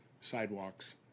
sidewalks